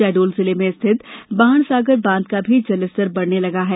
शहडोल जिले में स्थित बांणसगार बांध का भी जलस्तर बढ़ने लगा है